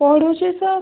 ପଢ଼ୁଛି ସାର୍